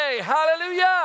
Hallelujah